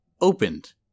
opened